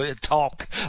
talk